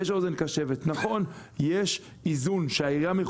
יש אוזן קשבת.